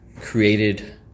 created